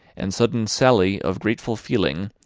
and sudden sally of grateful feeling,